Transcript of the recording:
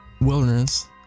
Wilderness